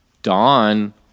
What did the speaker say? dawn